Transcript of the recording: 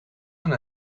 een